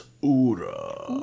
Ura